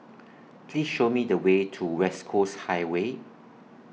Please Show Me The Way to West Coast Highway